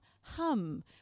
Hum